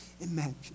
imagine